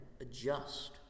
adjust